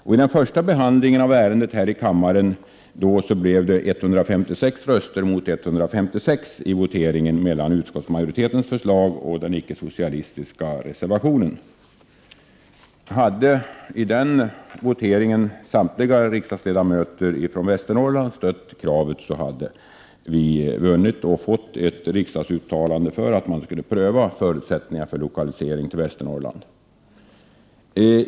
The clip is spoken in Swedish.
Vid den första behandlingen av ärendet här i kammaren blev röstresultatet 156 mot 156 vid voteringen mellan utskottsmajoritetens förslag och den ickesocialistiska reservationen. Om samtliga riksdagsledamöter från Västernorrland hade stött detta krav, hade vi vunnit och fått ett riksdagsuttalande för att man skulle pröva förutsättningarna för lokalisering till Västernorrland.